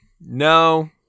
No